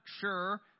sure